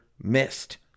missed